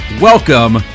Welcome